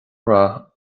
rath